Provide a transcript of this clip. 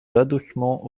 l’adossement